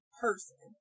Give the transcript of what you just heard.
person